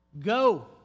go